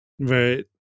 Right